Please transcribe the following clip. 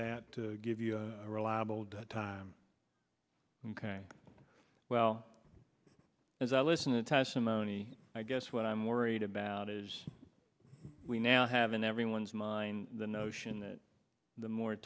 that to give you a reliable time ok well as i listen to testimony i guess what i'm worried about is we now have in everyone's mind the notion that the mor